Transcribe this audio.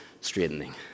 straightening